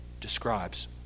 describes